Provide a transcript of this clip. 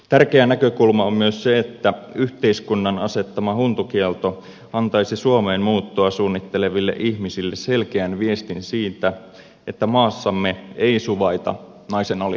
tärkeä näkökulma on myös se että yhteiskunnan asettama huntukielto antaisi suomeen muuttoa suunnitteleville ihmisille selkeän viestin siitä että maassamme ei suvaita naisen alistamista